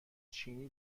چینی